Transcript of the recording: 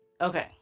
Okay